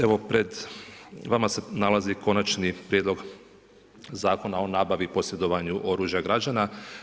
Evo pred vama se nalazi Konačni prijedlog zakona o nabavi i posjedovanju oružja građana.